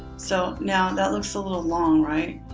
so now and that looks a little long, right?